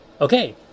okay